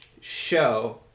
show